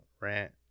Rant